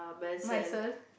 myself